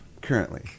currently